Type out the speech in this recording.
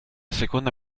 seconda